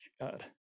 God